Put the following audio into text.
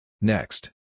Next